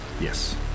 Yes